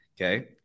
Okay